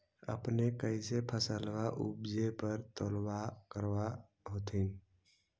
अपने कैसे फसलबा उपजे पर तौलबा करबा होत्थिन?